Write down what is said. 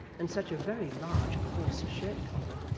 and such a very large coarse shirt collar,